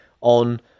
on